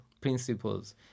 principles